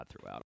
throughout